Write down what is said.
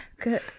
good